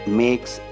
makes